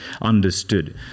understood